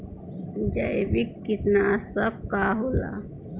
जैविक कीटनाशक का होला?